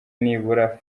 nibura